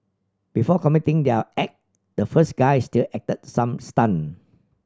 before committing their act the first guy still acted some stunt